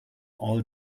all